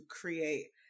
create